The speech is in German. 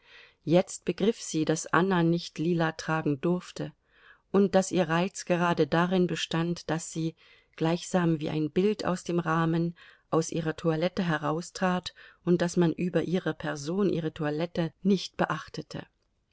jetzt begriff sie daß anna nicht lila tragen durfte und daß ihr reiz gerade darin bestand daß sie gleichsam wie ein bild aus dem rahmen aus ihrer toilette heraustrat und daß man über ihrer person ihre toilette nicht beachtete